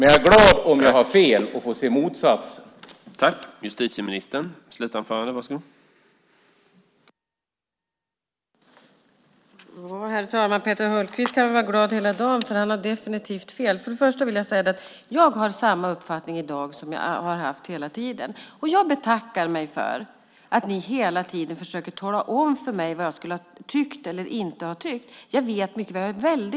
Jag är glad om jag har fel och får se motsatsen.